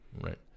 Right